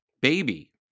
baby